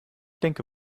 denke